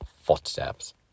Footsteps